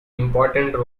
important